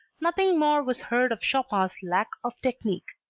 nothing more was heard of chopin's lack of technique.